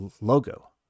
logo